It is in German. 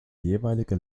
jeweilige